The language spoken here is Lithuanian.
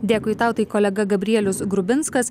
dėkui tau tai kolega gabrielius grubinskas